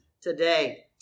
today